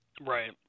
Right